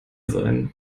sein